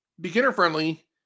beginner-friendly